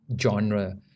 genre